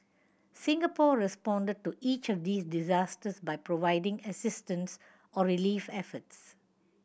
Singapore responded to each of these disasters by providing assistance or relief efforts